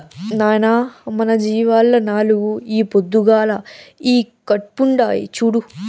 నాయనా మన జీవాల్ల నాలుగు ఈ పొద్దుగాల ఈకట్పుండాయి చూడు